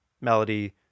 melody